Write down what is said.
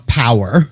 power